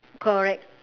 correct